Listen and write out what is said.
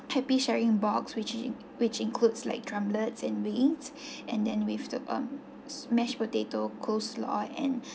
happy sharing box which in which includes like drumlettes and wings and then with the um mashed potato coleslaw and